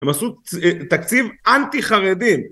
הם עשו תקציב אנטי חרדי